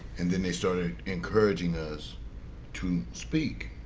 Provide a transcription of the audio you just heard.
and then they started encouraging us to speak.